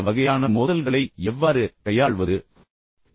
இந்த வகையான மோதல்களை எவ்வாறு கையாள்வது என்பதை இப்போது நீங்கள் கொண்டுவிட்டீர்கள்